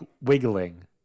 wiggling